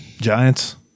Giants